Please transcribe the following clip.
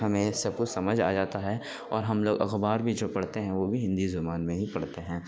ہمیں سب کچھ سمجھ آ جاتا ہے اور ہم لوگ اخبار بھی جو پڑھتے ہیں وہ بھی ہندی زبان میں ہی پڑھتے ہیں